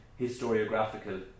historiographical